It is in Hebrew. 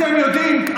אתם יודעים,